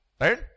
Right